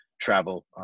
travel